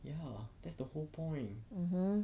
mmhmm